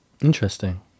interesting